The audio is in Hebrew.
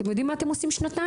אתם יודעים מה אתם עושים שנתיים?